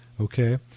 okay